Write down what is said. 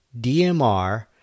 DMR